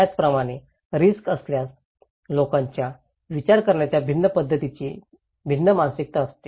त्याचप्रमाणे रिस्क असल्यास लोकांच्या विचार करण्याच्या भिन्न पध्दतीची भिन्न मानसिकता असते